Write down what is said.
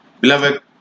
Beloved